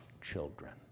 children